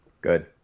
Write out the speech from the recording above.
Good